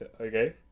Okay